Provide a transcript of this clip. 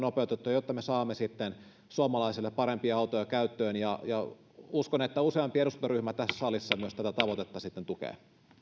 jotta me saamme sitten suomalaisille parempia autoja käyttöön uskon että useampi eduskuntaryhmä tässä salissa myös tätä tavoitetta sitten tukee